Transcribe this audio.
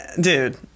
dude